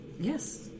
Yes